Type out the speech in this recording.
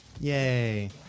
yay